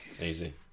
Easy